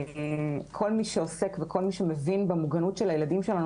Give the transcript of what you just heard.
כל מי שעוסק וכל מי שמבין במוגנות של הילדים שלנו,